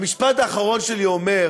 המשפט האחרון שלי אומר,